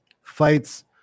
fights